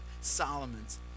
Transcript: Solomon's